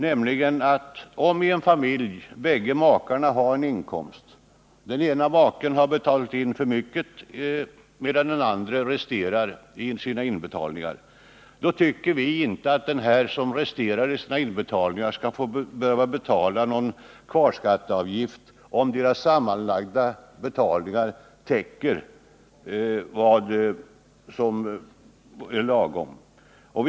Om i en familj, där bägge makarna har inkomst, den ene maken har betalat in för mycket medan den andra i stället resterar i sina inbetalningar, tycker vi inte att den som resterar med inbetalningarna skall behöva betala kvarskatteavgift — om deras sammanlagda inbetalningar täcker den totala skatten.